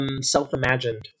self-imagined